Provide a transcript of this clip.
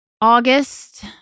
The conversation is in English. August